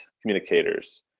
communicators